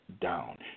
down